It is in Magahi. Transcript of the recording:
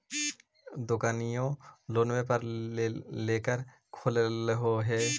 दोकनिओ लोनवे पर लेकर खोललहो हे?